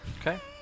Okay